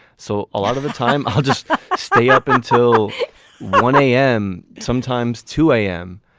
so a lot of the time i'll just stay up until one a m. sometimes two a m.